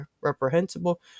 reprehensible